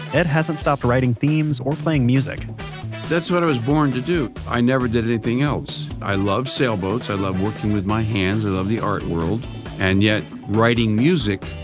edd hasn't stopped writing themes or playing music that's what i was born to do. i never did anything else. i love sailboats, i love working with my hands, i love the art world and yet, writing music